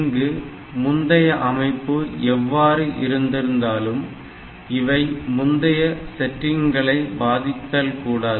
இங்கு முந்தைய அமைப்பு எவ்வாறு இருந்திருந்தாலும் இவை முந்தைய செட்டிங்குகளை setting அமைப்புகளை பாதித்தல் கூடாது